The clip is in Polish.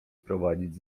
prowadzić